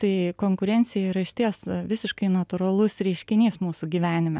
tai konkurencija yra išties visiškai natūralus reiškinys mūsų gyvenime